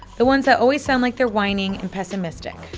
the ones that always sound like they're whining and pessimistic.